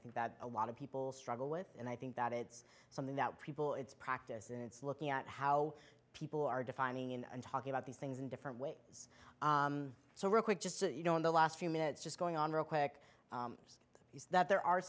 think that a lot of people struggle with and i think that it's something that people it's practice and it's looking at how people are defining in and talking about these things in different ways so real quick just you know in the last few minutes just going on real quick that there are